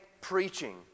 preaching